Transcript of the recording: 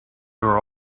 were